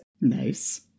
Nice